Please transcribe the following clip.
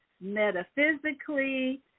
metaphysically